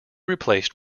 replaced